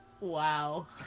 Wow